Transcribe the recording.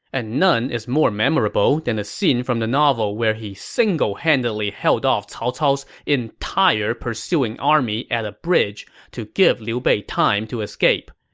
and none is more memorable than the scene from the novel where he single-handedly held off cao cao's entire pursuing army at a bridge to give liu bei time to escape.